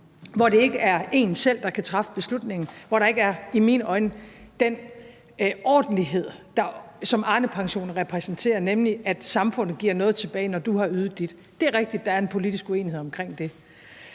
hvor det ikke er en selv, der kan træffe beslutningen, og hvor der ikke er – i mine øjne – den ordentlighed, som Arnepensionen repræsenterer, nemlig at samfundet giver noget tilbage, når du har ydet dit. Det er rigtigt, at der er en politisk uenighed omkring det.